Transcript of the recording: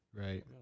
right